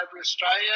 Australia